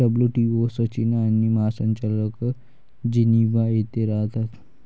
WTO सचिव आणि महासंचालक जिनिव्हा येथे राहतात